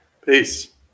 Peace